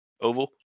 oval